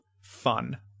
Fun